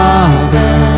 Father